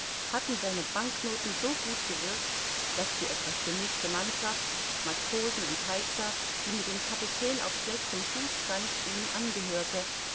hatten seine banknoten so gut gewirkt daß die etwas gemischte mannschaft matrosen und heizer die mit dem kapitän auf schlechtem fuß stand ihm angehörte